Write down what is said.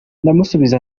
ndamusubiza